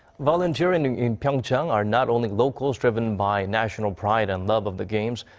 volunteering in pyeongchang are not only locals driven by national pride and love of the games.